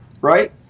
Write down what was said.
Right